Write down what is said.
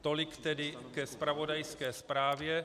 Tolik ke zpravodajské zprávě.